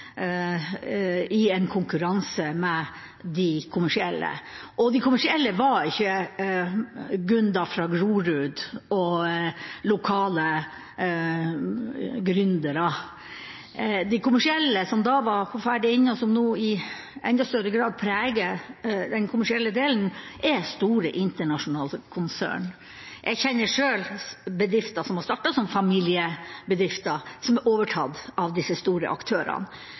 i konkurranse med de kommersielle. Og de kommersielle var ikke Gunda fra Grorud og lokale gründere. De kommersielle som da var på vei inn, og som nå i enda større grad preger den kommersielle delen, er store internasjonale konsern. Jeg kjenner selv bedrifter som har startet som familiebedrifter, og som har blitt overtatt av de store aktørene. Det nytter ikke å stikke under stol at disse aktørene